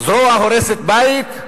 זרוע הורסת בית,